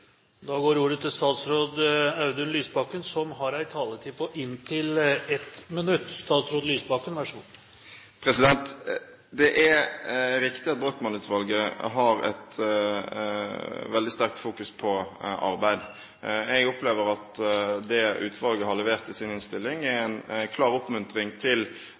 Da går ordet til statsråd Audun Lysbakken, som har en taletid på inntil 1 minutt. Statsråd Lysbakken, vær så god. Det er riktig at Brochmann-utvalget har et veldig sterkt fokus på arbeid. Jeg opplever at det utvalget har levert i sin innstilling, er en klar oppmuntring til